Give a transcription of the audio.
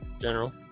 General